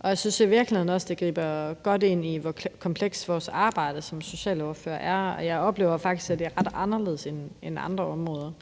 og jeg synes i virkeligheden også, at det griber godt ind i, hvor komplekst vores arbejde som socialordførere er, og jeg oplever faktisk, at det er ret meget anderledes end andre områder.